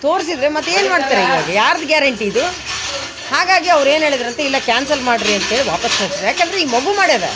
ತೋರಿಸಿದ್ರೆ ಮತ್ತೆ ಏನು ಮಾಡ್ತೀರಿ ಇವಾಗ ಯಾರದು ಗ್ಯಾರೆಂಟಿ ಇದು ಹಾಗಾಗಿ ಅವ್ರು ಏನು ಹೇಳಿದ್ರಂತೆ ಇಲ್ಲ ಕ್ಯಾನ್ಸಲ್ ಮಾಡಿರಿ ಅಂಥೇಳಿ ವಾಪಸ್ ಕಳಿಸಿದ್ರು ಯಾಕೆಂದ್ರೆ ಈ ಮಗು ಮಾಡಿದೆ